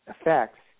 effects